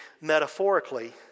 metaphorically